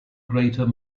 greater